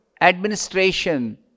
administration